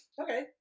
Okay